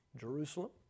Jerusalem